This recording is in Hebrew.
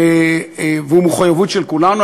והוא מחויבות של כולנו.